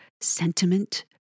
sentiment